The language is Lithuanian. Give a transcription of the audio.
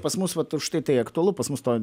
pas mus vat užtai tai aktualu pas mus to